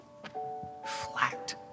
flat